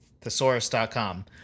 Thesaurus.com